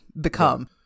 become